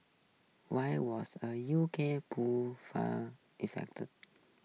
why was a U K poll firm effect